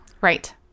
Right